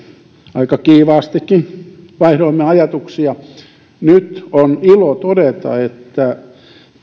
aika kiivaastikin vaihdoimme ajatuksia nyt on ilo todeta että